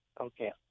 Okay